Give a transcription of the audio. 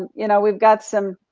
you know, we've got some,